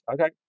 okay